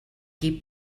qui